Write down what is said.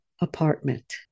apartment